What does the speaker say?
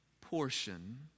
Portion